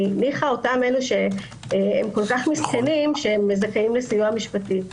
כי ניחא אותם אלה שהם כל כך מסכנים שהם זכאים לסיוע משפטי,